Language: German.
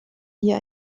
hier